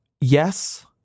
yes